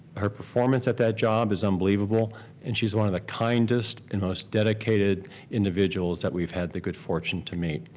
her performance at that job is unbelievable and she's one of the kindest and most dedicated individuals that we've had the good fortune to meet.